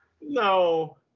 No